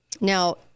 Now